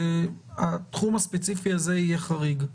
שהתחום הספציפי הזה יהיה חריג.